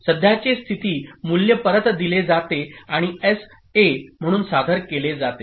सध्याचे स्थिती मूल्य परत दिले जाते आणि एसए म्हणून सादर केले जाते